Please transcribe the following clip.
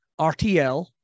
RTL